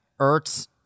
Ertz